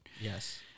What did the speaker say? Yes